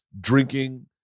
drinking